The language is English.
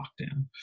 lockdown